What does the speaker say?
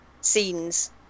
scenes